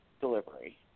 delivery